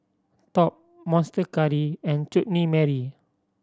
Top Monster Curry and Chutney Mary